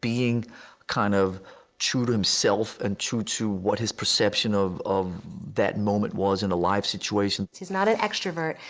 being kind of true to himself and true to what his perception of of that moment was in a live situation. he is not an extrovert,